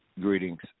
Greetings